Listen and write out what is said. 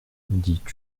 dit